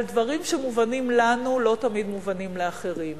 אבל דברים שמובנים לנו לא תמיד מובנים לאחרים.